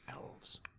elves